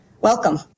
Welcome